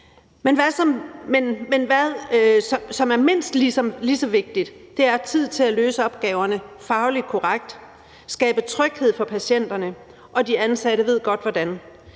Men hvad er mindst lige så vigtigt, er tid til at løse opgaverne fagligt korrekt, skabe tryghed for patienterne, og de ansatte ved godt hvordan.